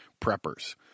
preppers